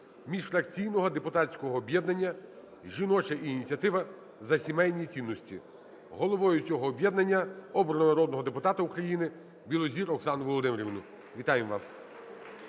міжфракційного депутатського об'єднання "Жіноча ініціатива за сімейні цінності". Головою цього об'єднання обрано народного депутата України Білозір Оксану Володимирівну. Вітаємо вас!